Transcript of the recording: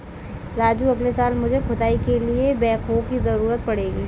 राजू अगले साल मुझे खुदाई के लिए बैकहो की जरूरत पड़ेगी